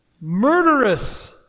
murderous